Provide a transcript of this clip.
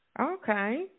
Okay